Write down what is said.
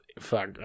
fuck